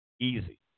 easy